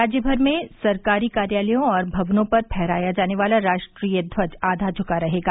राज्य भर में सरकारी कार्यालयों और भवनों पर फहराया जाने वाला राष्ट्रीय ध्वज आधा झुका रहेगा